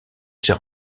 ses